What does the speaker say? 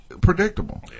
predictable